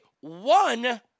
one